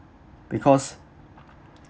because